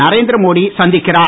நரேந்திர மோடி சந்திக்கிறார்